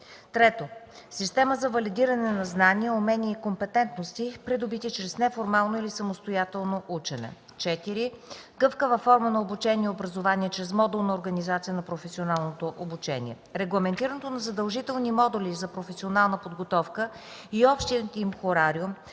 3. Система на валидиране на знания, умения и компетентности, придобити чрез неформално или самостоятелно учене. 4. Гъвкава форма на обучение и образование чрез модулна организация на професионалното обучение. Регламентирането на задължителни модули за професионална подготовка и общият им хорариум